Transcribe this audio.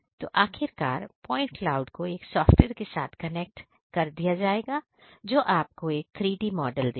तो आखिरकार point cloud को एक सॉफ्टवेयर के साथ कनेक्ट कर दिया जाएगा जो आपको एक 3D मॉडल देगा